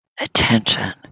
attention